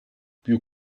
più